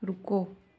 रुको